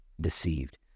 deceived